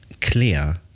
clear-